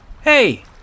Hey